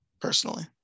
personally